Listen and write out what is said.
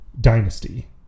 dynasty